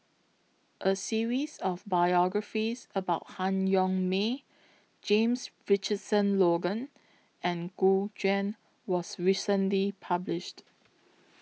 A series of biographies about Han Yong May James Richardson Logan and Gu Juan was recently published